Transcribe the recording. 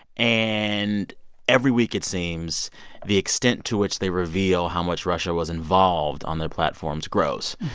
and every week, it seems the extent to which they reveal how much russia was involved on their platforms grows.